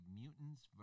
mutants